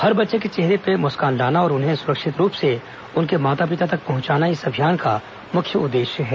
हर बच्चे के चेहरे पे मुस्कान लाना और उन्हें सुरक्षित रूप से उनके माता पिता तक पहंचाना इस अभियान का मुख्य उद्देश्य है